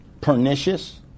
pernicious